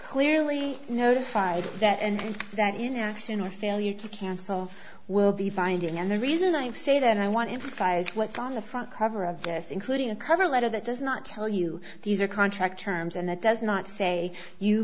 clearly notified that and that inaction or failure to cancel will be binding and the reason i say that i want to emphasize what's on the front cover of this including a cover letter that does not tell you these are contract terms and that does not say you